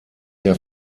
der